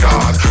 God